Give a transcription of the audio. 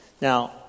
Now